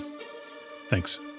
Thanks